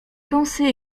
pensées